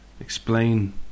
explain